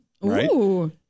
Right